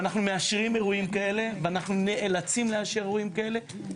אנחנו מאשרים אירועים כאלה,